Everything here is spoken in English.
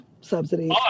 subsidies